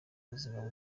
buzima